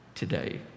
Today